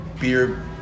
beer